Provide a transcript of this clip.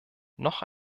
noch